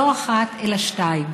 לא אחת אלא שתיים,